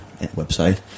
website